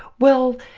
well,